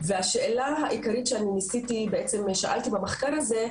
השאלה העיקרית שאני שאלתי במחקר הזה,